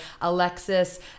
Alexis